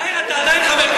יאיר, אתה עדיין חבר כנסת?